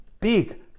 big